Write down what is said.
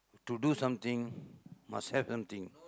to do something must have something